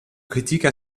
critique